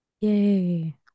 yay